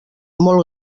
molt